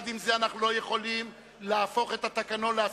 עם זה, אנחנו לא יכולים להפוך את התקנון לאסקופה.